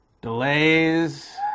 delays